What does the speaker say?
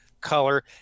color